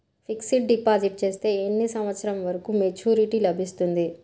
Fixed deposit చేస్తే ఎన్ని సంవత్సరంకు మెచూరిటీ లభిస్తుంది?